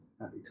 happy